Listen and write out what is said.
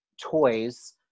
toys